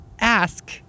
ask